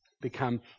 Become